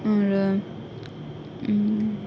आरो